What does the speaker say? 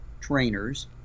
trainers